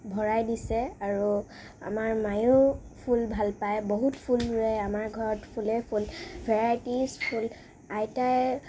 ভৰাই দিছে আৰু আমাৰ মায়েও ফুল ভাল পায় বহুত ফুল ৰোৱে আমাৰ ঘৰত ফুলে ফুল ভেৰাইটিচ ফুল আইতাই